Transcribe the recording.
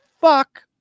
fuck